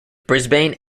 brisbane